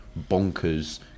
bonkers